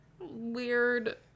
weird